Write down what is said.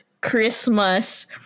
Christmas